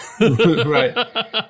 Right